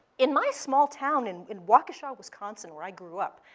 in my small town and in waukesha, wisconsin, where i grew up,